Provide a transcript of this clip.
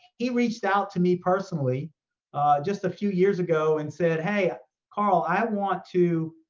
he reached out to me personally just a few years ago and said, hey carl, i want to